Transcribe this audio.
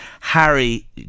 Harry